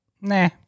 nah